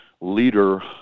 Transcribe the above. leader